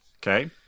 Okay